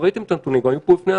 אותרו כ-8,000 חולים נוספים.